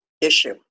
issue